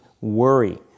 worry